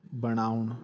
ਬਣਾਉਣ